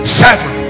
seven